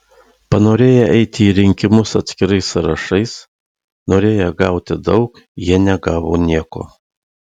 panorėję eiti į rinkimus atskirais sąrašais norėję gauti daug jie negavo nieko